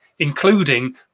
including